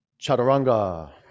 Chaturanga